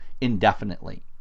indefinitely